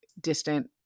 distant